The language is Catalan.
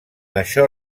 això